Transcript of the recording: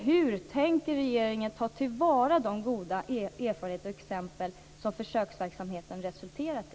Hur tänker regeringen ta till vara de goda erfarenheter och exempel som försöksverksamheten har resulterat i?